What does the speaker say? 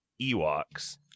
Ewoks